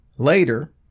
Later